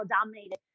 dominated